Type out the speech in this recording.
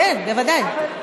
כן, בוודאי.